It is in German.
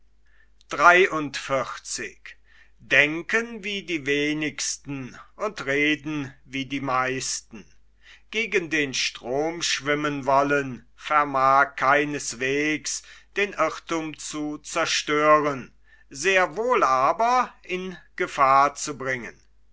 gegen den strom schwimmen zu wollen vermag keineswegs den irrthum zu zerstören sehr wohl aber in gefahr zu bringen